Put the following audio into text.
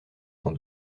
sans